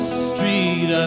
street